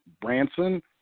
Branson